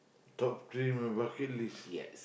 top three my bucket list